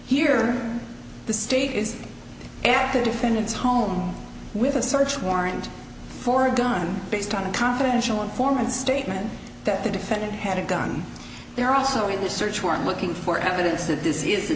here the state is the defendant's home with a search warrant for a gun based on a confidential informant statement that the defendant had a gun there also in the search warrant looking for evidence that this is the